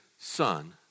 son